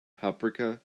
paprika